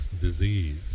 disease